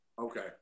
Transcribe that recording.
Okay